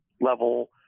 level